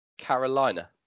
Carolina